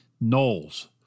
Knowles